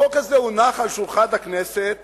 החוק הזה הונח על שולחן הכנסת